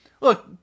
look